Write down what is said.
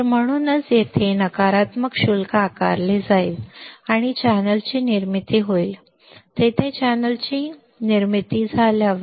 तर म्हणूनच येथे नकारात्मक शुल्क आकारले जाईल आणि चॅनेलची निर्मिती होईल तेथे चॅनेलची निर्मिती होईल